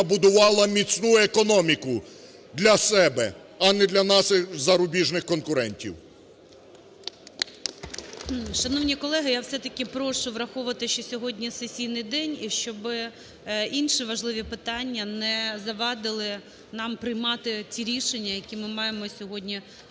будувала міцну економіку для себе, а не для наших зарубіжних конкурентів. ГОЛОВУЮЧИЙ. Шановні колеги! Я все-таки прошу враховувати, що сьогодні сесійний день, і щоби інші важливі питання не завадили нам приймати ті рішення, які ми маємо сьогодні